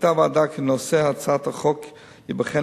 החליטה הוועדה כי נושא הצעת החוק ייבחן